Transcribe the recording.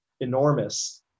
enormous